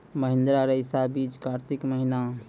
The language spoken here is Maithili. महिंद्रा रईसा बीज कार्तिक महीना?